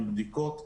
עם בדיקות,